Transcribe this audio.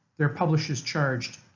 their publishers charged,